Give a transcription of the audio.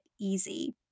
easy